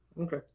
Okay